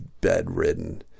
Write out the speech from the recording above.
bedridden